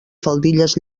faldilles